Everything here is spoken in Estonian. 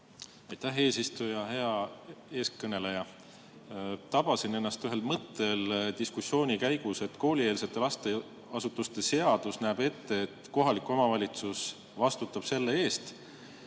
eesistuja! Hea eestkõneleja! Tabasin ennast ühelt mõttelt diskussiooni käigus. Koolieelse lasteasutuse seadus näeb ette, et kohalik omavalitsus vastutab selle eest